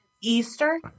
Easter